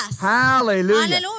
Hallelujah